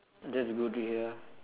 that's good to hear